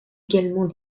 également